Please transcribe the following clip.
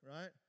right